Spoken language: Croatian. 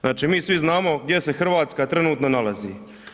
Znači mi svi znamo gdje se Hrvatska trenutno nalazi.